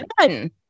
done